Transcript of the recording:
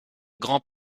grand